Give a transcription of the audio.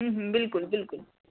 ہوں ہوں بالکل بالکل